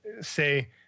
say